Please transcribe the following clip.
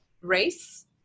race